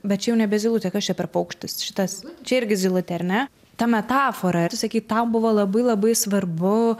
bet čia jau nebe zylutė kas čia per paukštis šitas čia irgi zylutė ar ne ta metafora ir tu sakei tai buvo labai labai svarbu